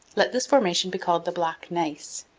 let this formation be called the black gneiss.